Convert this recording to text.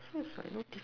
so is like no